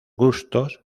gustos